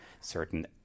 certain